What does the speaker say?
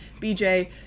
BJ